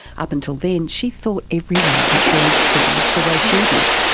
up until then she thought everyone perceived things the way she did.